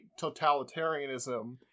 totalitarianism